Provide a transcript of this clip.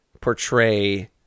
portray